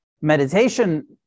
meditation